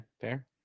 fair